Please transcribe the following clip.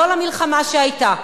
לא למלחמה שהיתה.